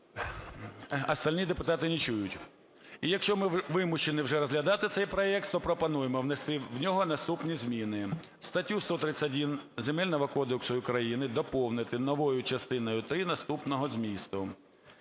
остальные депутати не чують. І якщо ми вимушені вже розглядати цей проект, то пропонуємо внести в нього наступні зміни: "Статтю 131 Земельного кодексу України доповнити новою частиною три наступного змісту: